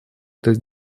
этой